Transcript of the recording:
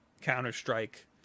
Counter-Strike